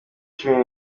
cumi